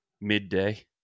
midday